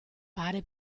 pare